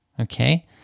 Okay